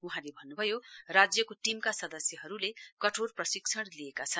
वहाँले भन्न्भयो राज्यको टीमका सदस्यहरूले कठोर प्रशिक्षण लिएका छन्